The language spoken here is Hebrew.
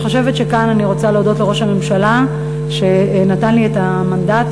כאן אני רוצה להודות לראש הממשלה שנתן לי את המנדט,